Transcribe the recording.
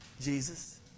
Jesus